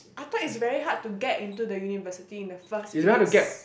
I thought it's very hard to get into the university in the first place